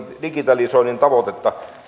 digitalisoinnin tavoitetta